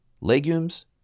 legumes